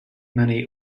many